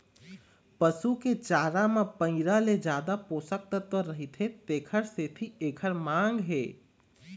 पसू के चारा म पैरा ले जादा पोषक तत्व रहिथे तेखर सेती एखर मांग हे